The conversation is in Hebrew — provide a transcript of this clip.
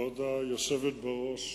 גברתי היושבת-ראש,